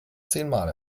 zehnmal